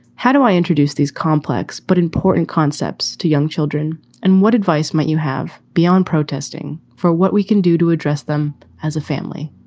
how do i introduce these complex but important concepts to young children? and what advice might you have beyond protesting for what we can do to address them as a family?